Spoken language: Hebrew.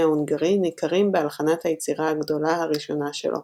ההונגרי ניכרים בהלחנת היצירה הגדולה הראשונה שלו